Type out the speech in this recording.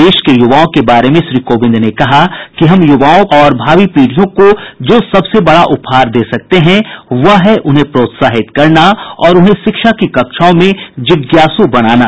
देश के युवाओं के बारे में श्री कोविंद ने कहा कि हम युवाओं और भावी पीढ़ियों को जो सबसे बड़ा उपहार दे सकते हैं वह है उन्हें प्रोत्साहित करना तथा उन्हें शिक्षा की कक्षाओं में जिज्ञासु बनाना